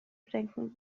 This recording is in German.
bedenken